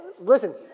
Listen